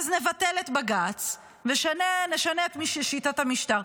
אז נבטל את בג"ץ, נשנה את שיטת המשטר.